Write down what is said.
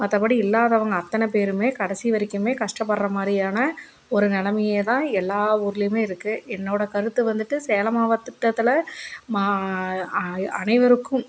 மற்றபடி இல்லாதவங்க அத்தனை பேரும் கடைசி வரைக்கும் கஷ்டப்படுற மாதிரியான ஒரு நிலமையே தான் எல்லா ஊர்லேயுமே இருக்குது என்னோடய கருத்து வந்துட்டு சேலம் மாவட்டத்தில் மா அ அனைவருக்கும்